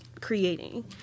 creating